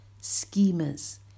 schemers